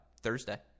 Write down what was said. Thursday